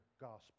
gospel